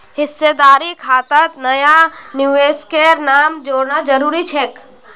हिस्सेदारी खातात नया निवेशकेर नाम जोड़ना जरूरी छेक